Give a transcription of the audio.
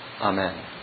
Amen